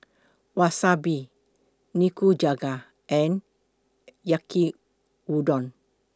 Wasabi Nikujaga and Yaki Udon